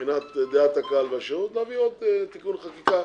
מבחינת דעת הקהל והשירות אפשר להביא עוד תיקוני חקיקה.